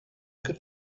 could